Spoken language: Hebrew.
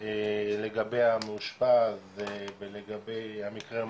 לגבי המאושפז ולגבי המקרה,